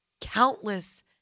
countless